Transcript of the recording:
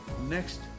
Next